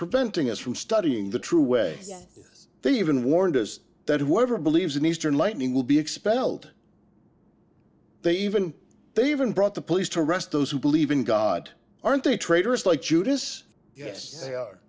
preventing us from studying the true way they even warned us that whoever believes in eastern lightning will be expelled they even they even brought the police to arrest those who believe in god aren't they traitors like judas yes they are